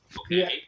okay